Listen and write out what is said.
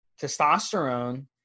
testosterone